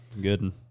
Good